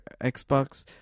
Xbox